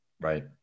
Right